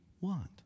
want